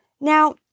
Now